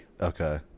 Okay